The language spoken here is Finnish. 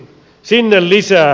sinne lisää